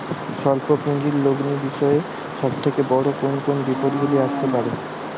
স্বল্প পুঁজির লগ্নি বিষয়ে সব থেকে বড় কোন কোন বিপদগুলি আসতে পারে?